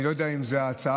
אני לא יודע אם זאת הצעת